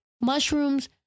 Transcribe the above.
mushrooms